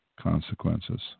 consequences